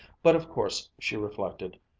but of course, she reflected,